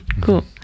cool